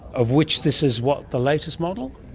of which this is. what? the latest model?